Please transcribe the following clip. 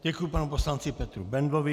Děkuji panu poslanci Petru Bendlovi.